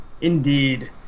Indeed